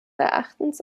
erachtens